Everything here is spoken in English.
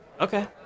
Okay